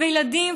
וילדים,